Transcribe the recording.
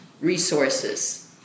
resources